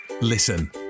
Listen